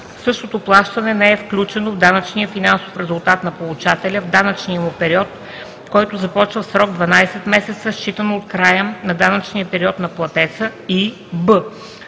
същото плащане не е включено в данъчния финансов резултат на получателя в данъчния му период, който започва в срок 12 месеца считано от края на данъчния период на платеца,